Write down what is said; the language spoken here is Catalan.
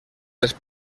les